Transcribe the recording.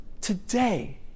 Today